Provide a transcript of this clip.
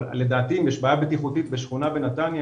לדעתי אם יש בעיה בטיחותית בשכונה בנתניה,